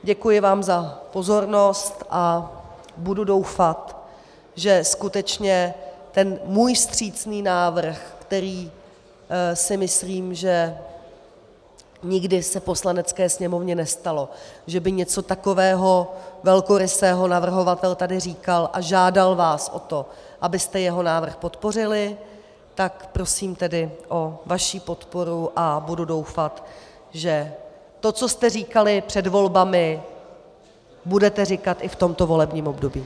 Děkuji vám za pozornost a budu doufat, že skutečně ten můj vstřícný návrh, který si myslím, že nikdy se Poslanecké sněmovně nestalo, že by něco takového velkorysého navrhovatel tady říkal a žádal vás o to, abyste jeho návrh podpořili, tak prosím tedy o vaši podporu a budu doufat, že to, co jste říkali před volbami, budete říkat i v tomto volebním období.